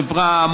חברה,